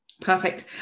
Perfect